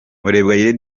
murebwayire